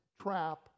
trap